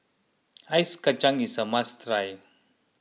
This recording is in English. Ice Kacang is a must try